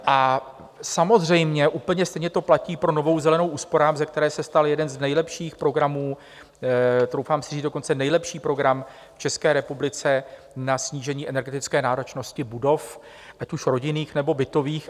A samozřejmě úplně stejně to platí pro Novou zelenou úsporám, ze které se stal jeden z nejlepších programů, troufám si říct, dokonce nejlepší program v České republice na snížení energetické náročnosti budov, ať už rodinných, nebo bytových.